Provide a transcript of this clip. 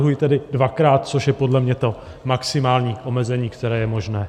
Navrhuji tedy dvakrát, což je podle mě to maximální omezení, které je možné.